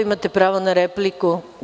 Imate pravo na repliku.